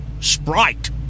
sprite